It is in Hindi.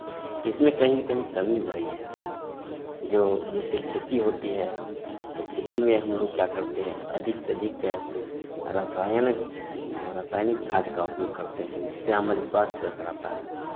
इसमें कहीं ना कहीं कमी हो रही है जो जैसे खेती होती है तो खेती में हम लोग क्या करते हैं अधिक से अधिक रसायन रासायनिक खाद का उपयोग करते हैं जिससे हमारे स्वास्थ्य पे असर रहता है